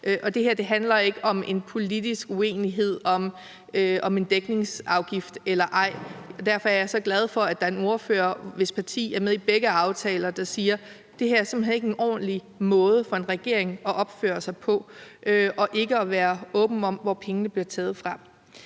det her handler ikke om en politisk uenighed om en dækningsafgift eller ej. Derfor er jeg så glad for, at der er en ordfører, hvis parti er med i begge aftaler, der siger, at det simpelt hen ikke er en ordentlig måde for en regering at opføre sig på ikke at være åben om, hvor pengene bliver taget fra.